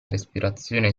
respirazione